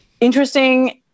interesting